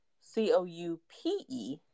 c-o-u-p-e